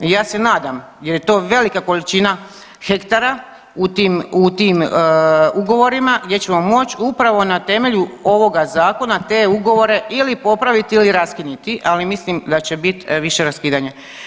I ja se nadam jer je to velika količina hektara u tim ugovorima gdje ćemo moć upravo na temelju ovoga zakona te ugovore ili popraviti ili raskiniti, ali mislim da će bit više raskidanja.